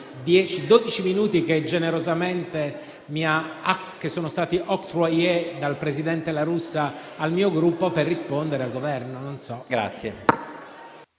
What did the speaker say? minuti che generosamente sono stati *octroyé* dal presidente La Russa al mio Gruppo per rispondere al Governo. [DE